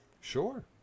Sure